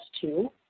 two